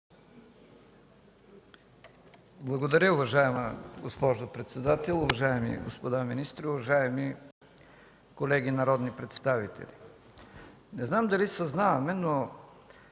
Благодаря, уважаема госпожо председател. Уважаеми господа министри, уважаеми колеги народни представители! Не знам дали съзнаваме, но